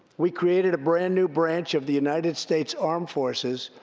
we created a brand-new branch of the united states armed forces.